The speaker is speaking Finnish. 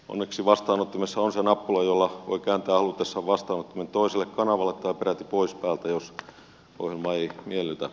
onneksi vastaanottimessa on se nappula jolla voi kääntää halutessaan vastaanottimen toiselle kanavalle tai peräti pois päältä jos ohjelma ei miellytä